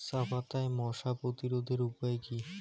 চাপাতায় মশা প্রতিরোধের উপায় কি?